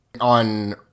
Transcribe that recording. on